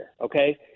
Okay